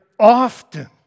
Often